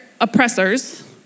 oppressors